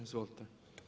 Izvolite.